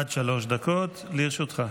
עד שלוש דקות לרשותך.